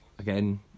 Again